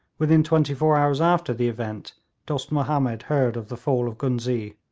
within twenty-four hours after the event dost mahomed heard of the fall of ghuznee.